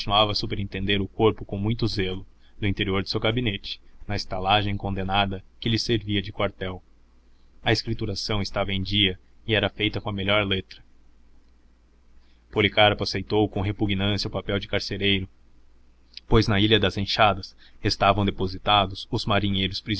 a superintender o corpo com muito zelo do interior do seu gabinete na estalagem condenada que lhe servia de quartel a escrituração estava em dia e era feita com a melhor letra policarpo aceitou com repugnância o papel de carcereiro pois na ilha das enxadas estavam depositados os marinheiros